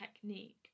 technique